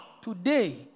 today